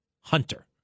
Hunter